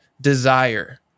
desire—